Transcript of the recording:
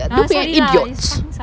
don't be an idiot